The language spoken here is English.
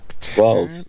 twelve